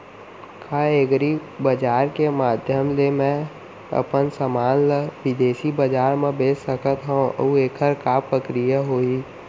का एग्रीबजार के माधयम ले मैं अपन समान ला बिदेसी बजार मा बेच सकत हव अऊ एखर का प्रक्रिया होही?